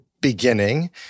beginning